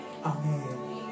Amen